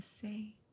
say